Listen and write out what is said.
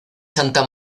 santa